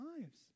lives